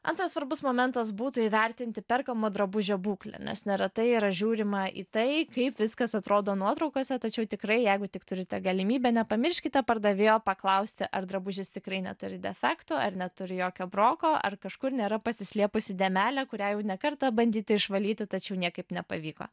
antras svarbus momentas būtų įvertinti perkamo drabužio būklę nes neretai yra žiūrima į tai kaip viskas atrodo nuotraukose tačiau tikrai jeigu tik turite galimybę nepamirškite pardavėjo paklausti ar drabužis tikrai neturi defektų ar neturi jokio broko ar kažkur nėra pasislėpusi dėmelė kurią jau ne kartą bandyta išvalyti tačiau niekaip nepavyko